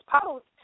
post